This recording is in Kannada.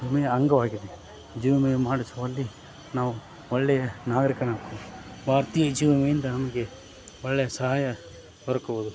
ವಿಮೆಯ ಅಂಗವಾಗಿದೆ ಜೀವ ವಿಮೆಯು ಮಾಡಿಸುವಲ್ಲಿ ನಾವು ಒಳ್ಳೆಯ ನಾಗರಿಕನಾಗ್ಬೋದು ಭಾರತೀಯ ಜೀವ ವಿಮೆಯಿಂದ ನಮಗೆ ಒಳ್ಳೆಯ ಸಹಾಯ ದೊರಕುವುದು